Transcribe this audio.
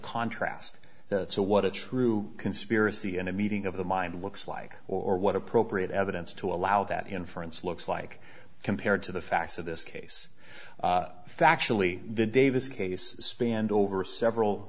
contrast that so what a true conspiracy and a meeting of the mind looks like or what appropriate evidence to allow that inference looks like compared to the facts of this case factually the davis case spanned over several